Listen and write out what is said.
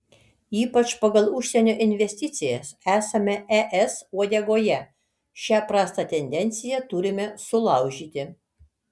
ypač pagal užsienio investicijas esame es uodegoje šią prastą tendenciją turime sulaužyti